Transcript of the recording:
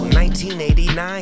1989